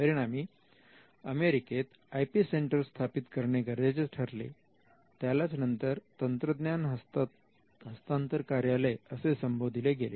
परिणामी अमेरिकेत IP centre स्थापित करणे गरजेचे ठरले त्यालाच नंतर तंत्रज्ञान हस्तांतर कार्यालय असे संबोधिले गेले